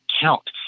count